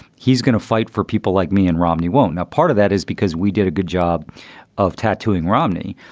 he's going to fight for people like me and romney won't now. part of that is because we did a good job of tattooing romney.